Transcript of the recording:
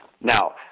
now